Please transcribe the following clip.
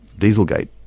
Dieselgate